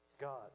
God